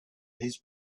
his